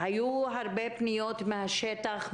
היו הרבה פניות מהשטח,